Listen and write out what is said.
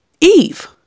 Eve